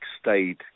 stayed